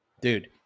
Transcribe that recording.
dude